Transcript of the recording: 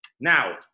Now